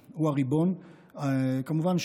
הריבון, וכמובן,